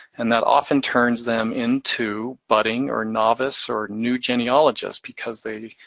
and that often turns them into budding or novice, or new genealogists because they,